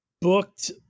booked